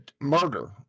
murder